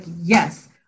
yes